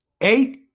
Eight